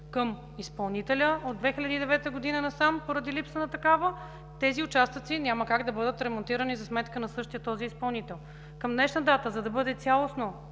към изпълнителя от 2009 г. насам, поради липса на такава тези участъци няма как да бъдат ремонтирани за сметка на същия този изпълнител. Към днешна дата, за да бъдат цялостно